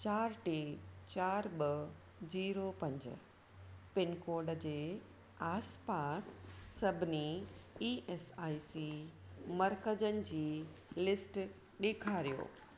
चारि टे चार ॿ जीरो पंज पिनकोड जे आसपास सभिनी ई एस आइ सी मर्कज़नि जी लिस्ट ॾेखारियो